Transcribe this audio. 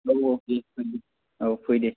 औ औ दे औ फै दे